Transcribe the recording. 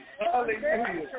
Hallelujah